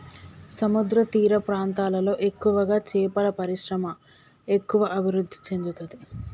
సముద్రతీర ప్రాంతాలలో ఎక్కువగా చేపల పరిశ్రమ ఎక్కువ అభివృద్ధి చెందుతది